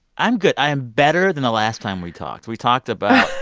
i'm good. i am better than the last time we talked. we talked about.